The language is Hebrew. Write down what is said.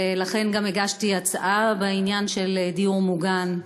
לכן גם הגשתי הצעה בעניין של דיור מוגן,